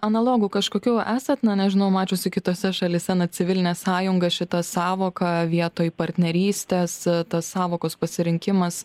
analogų kažkokių esat na nežinau mačiusi kitose šalyse na civilinė sąjunga šita sąvoka vietoj partnerystės tas sąvokos pasirinkimas